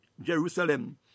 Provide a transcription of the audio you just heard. Jerusalem